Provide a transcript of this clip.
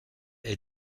est